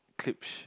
clips